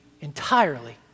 entirely